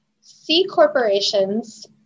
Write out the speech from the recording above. C-corporations